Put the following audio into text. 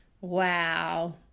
Wow